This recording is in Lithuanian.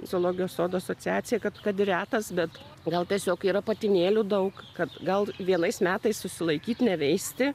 zoologijos sodų asociacija kad kad retas bet gal tiesiog yra patinėlių daug kad gal vienais metais susilaikyt neveisti